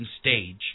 stage